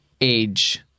age